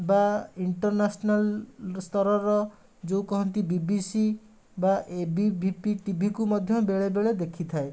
ବା ଇଣ୍ଟରନ୍ୟାସନାଲ୍ ସ୍ତରର ଯୋଉ କହନ୍ତି ବିବିସି ବା ଏବିଭିପି ଟିଭିକୁ ମଧ୍ୟ ବେଳେ ବେଳେ ଦେଖିଥାଏ